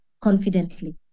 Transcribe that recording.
confidently